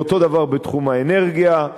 ואותו דבר בתחום האנרגיה,